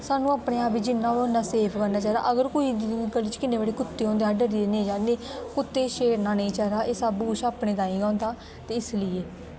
सानू अपने आप बिच इन्ना ओह् सेफ करना चाहिदा अगर कोई गल्ली च किन्ने बड्डे कुत्ते होंदे अस डरी नेई जांदे कुत्ते गी छेड़ना नेई चाहिदा एह् सब कुछ अपने तांई गै होंदा ते इसलिये